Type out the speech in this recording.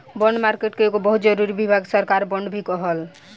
bond market के एगो बहुत जरूरी विभाग सरकार बॉन्ड मार्केट भी ह